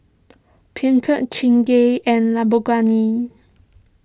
Peugeot Chingay and Lamborghini